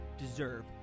deserve